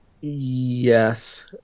Yes